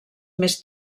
més